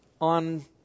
on